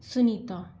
Sunita